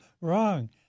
wrong